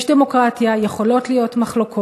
יש דמוקרטיה, יכולות להיות מחלוקות,